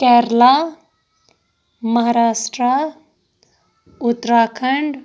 Kerala Maharashtra Uttarakhand